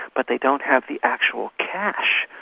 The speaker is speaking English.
but they don't have the actual cash,